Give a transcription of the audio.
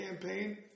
campaign